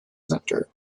centre